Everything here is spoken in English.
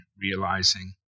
realizing